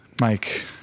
Mike